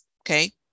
Okay